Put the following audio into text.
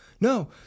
no